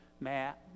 Matt